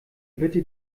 bitte